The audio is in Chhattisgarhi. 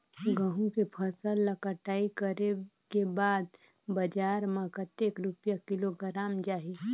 गंहू के फसल ला कटाई करे के बाद बजार मा कतेक रुपिया किलोग्राम जाही?